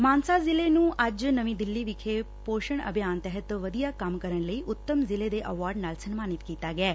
ਮਾਨਸਾ ਜ਼ਿਲੇ ਨੰ ਅੱਜ ਨਵੀਂ ਦਿੱਲੀ ਵਿਖੇ ਪੋਸ਼ਣ ਅਭਿਆਨ ਤਹਿਤ ਵਧੀਆ ਕੰਮ ਕਰਨ ਲਈ ਉੱਤਮ ਜ਼ਿਲੇ ਦੇ ਐਵਾਰਡ ਨਾਲ ਸਨਮਾਨਿਤ ਕੀਤਾ ਗਿਆ ਐ